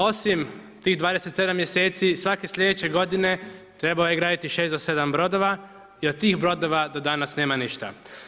Osim tih 27 mjeseci svake sljedeće godine trebao je graditi 6 do 7 brodova i od tih brodova do danas nema ništa.